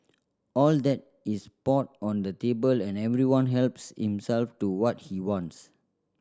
all that is poured on the table and everyone helps himself to what he wants